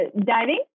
diving